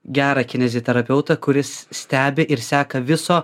gerą kineziterapeutą kuris stebi ir seka viso